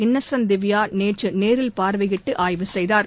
Innocent Divya நேற்று நேரில் பார்வையிட்டு ஆய்வு செய்தார்